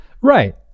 Right